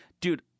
Dude